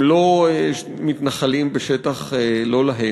הם לא מתנחלים בשטח לא להם,